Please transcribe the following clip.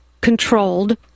controlled